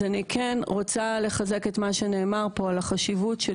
אז אני כן רוצה לחזק את מה שנאמר פה על החשיבות של